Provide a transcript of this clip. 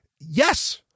yes